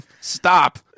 Stop